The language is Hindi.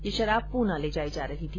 यह शराब पूना ले जाई जा रही थी